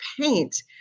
paint